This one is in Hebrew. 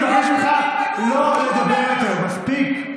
אני מבקש ממך לא לדבר יותר, מספיק.